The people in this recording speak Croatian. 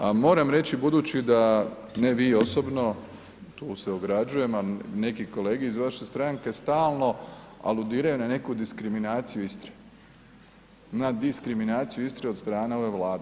A moram reći budući da, ne vi osobno, tu se ograđujem ali neki kolege iz vaše stranke stalno aludiraju na neku diskriminaciju Istre, na diskriminaciju Istre od strane ove Vlade.